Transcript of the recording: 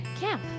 camp